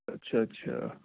اچھا اچھا